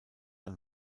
ein